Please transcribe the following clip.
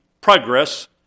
progress